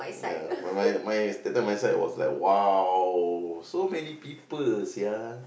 ya my my my that time my side was like !wow! so many people sia